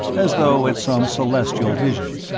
as though at some celestial vision.